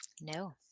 No